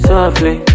Softly